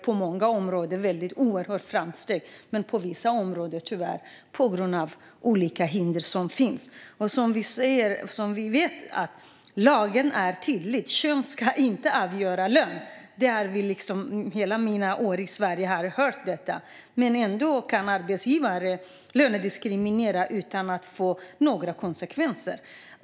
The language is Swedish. På många områden gör vi stora framsteg, men inte på alla. Lagen är tydlig. Kön ska inte avgöra lön. Det har jag hört under alla mina år i Sverige. Ändå kan arbetsgivare lönediskriminera utan att det får några konsekvenser.